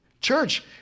church